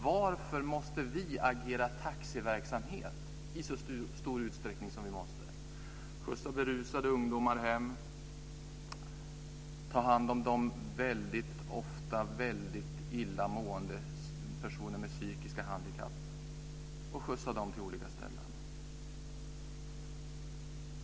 Varför måste vi agera taxi i så stor utsträckning som vi måste - skjutsa berusade ungdomar hem, ta hand om väldigt ofta väldigt illa mående personer med psykiska handikapp och skjutsa dem till olika ställen?